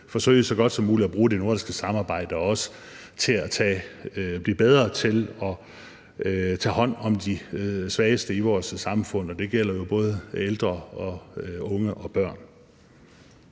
er jo, at vi så godt som muligt skal bruge det nordiske samarbejde, også til at blive bedre til at tage hånd om de svageste i vores samfund, og det gælder jo både ældre og unge og børn.